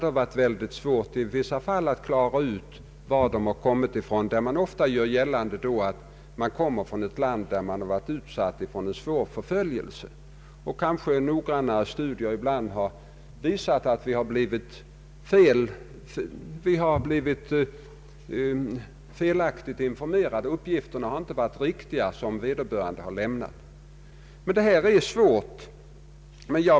Det har varit väldigt svårt i vissa fall att klara ut varifrån de kommit. Man gör ofta gällande att man kommer från ett land där man har varit utsatt för svår förföljelse. Noggrannare studier har ibland visat att vi blivit felaktigt informerade. De uppgifter som vederbörande lämnat har inte varit riktiga.